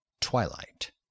Twilight